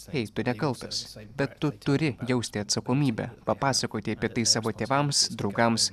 ei tu nekaltas bet tu turi jausti atsakomybę papasakoti apie tai savo tėvams draugams